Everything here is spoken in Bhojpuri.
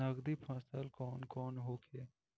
नकदी फसल कौन कौनहोखे?